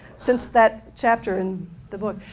since that chapter in the book.